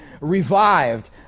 revived